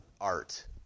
art